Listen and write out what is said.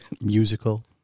Musical